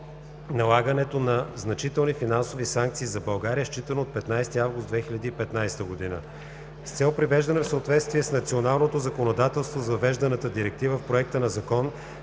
налагането на значителни финансови санкции за България, считано от 15 август 2015 г. С цел привеждане в съответствие с националното законодателство с въвежданата Директива в Законопроекта